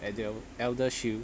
and the eldershield